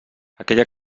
aquella